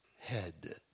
Head